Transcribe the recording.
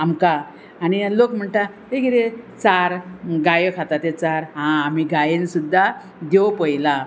आमकां आनी हे लोक म्हणटा हे कितें चार गायो खाता तें चार हा आमी गायेन सुद्दां देव पयला